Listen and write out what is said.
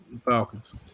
Falcons